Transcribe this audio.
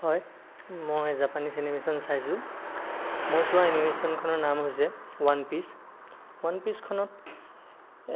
হয় মই Japanese animation চাইছোঁ মই চোৱা এনিমেচনখনৰ নাম হৈছে ওৱান পিছ ওৱান পিছখনত